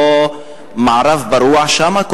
מערב פרוע שם?